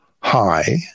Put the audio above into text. high